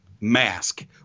mask